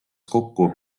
kokku